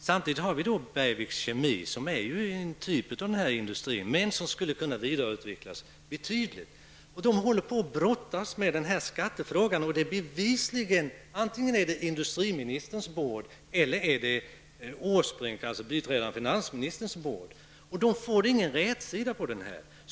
Samtidigt har vi Bergviks Kemi, som är en typ av denna industri, men som skulle kunna vidareutvecklas betydligt. Men företaget håller på att brottas med denna skattefråga. Och det är bevislingen industriministerns bord eller biträdande finansminister Erik Åsbrinks bord. Man får emellertid inte någon rätsida på detta.